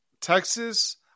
Texas